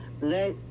let